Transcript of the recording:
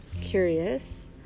Curious